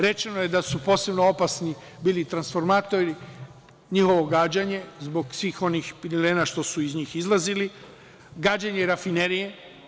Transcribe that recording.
Rečeno je da su posebno opasni bili transformatori, njihovo gađanje zbog svih onih piralena što su iz njih izlazi, gađanje rafinerije.